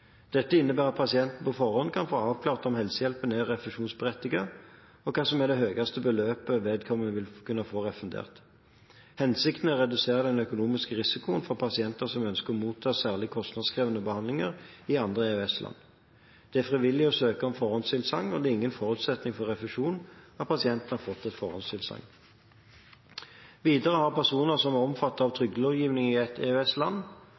Dette innebærer at pasienten på forhånd kan få avklart om helsehjelpen er refusjonsberettiget, og hva som er det høyeste beløpet vedkommende vil kunne få refundert. Hensikten er å redusere den økonomiske risikoen for pasienter som ønsker å motta særlig kostnadskrevende behandlinger i andre EØS-land. Det er frivillig å søke om forhåndstilsagn, og det er ingen forutsetning for refusjon at pasienten har fått et forhåndstilsagn. Videre har personer som er omfattet av trygdelovgivningen i